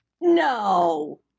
No